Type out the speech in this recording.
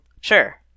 Sure